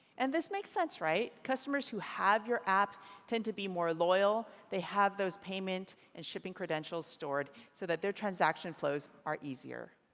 and this makes sense, right? customers who have your app tend to be more loyal. they have those payment and shipping credentials stored so that their transaction flows are easier.